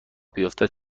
بیفتد